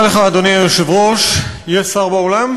אדוני היושב-ראש, תודה לך, יש שר באולם?